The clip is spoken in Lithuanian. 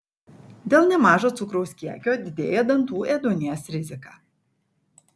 dėl nemažo cukraus kiekio didėja dantų ėduonies rizika